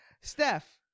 steph